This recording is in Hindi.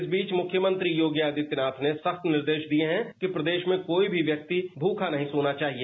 इस बीच मख्यमंत्री योगी आदित्यनाथ ने सख्त निर्देश दिए हैं कि प्रदेश में कोई भी व्यक्ति भूखा नहीं सोना चाहिए